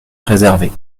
préservée